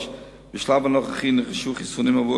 3. בשלב הנוכחי נרכשו חיסונים עבור